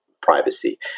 privacy